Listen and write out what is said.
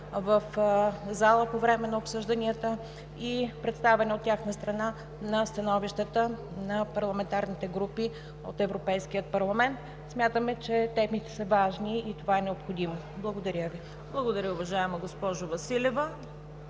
в залата по време на обсъжданията и представяне от тяхна страна на становищата на парламентарните групи от Европейския парламент. Смятаме, че темите са важни, и това е необходимо. Благодаря. ПРЕДСЕДАТЕЛ ЦВЕТА КАРАЯНЧЕВА: Благодаря, уважаема госпожо Василева.